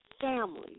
family